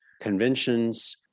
conventions